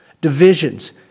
divisions